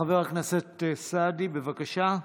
חבר הכנסת סעדי, בבקשה.